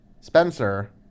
Spencer